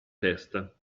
testa